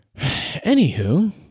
Anywho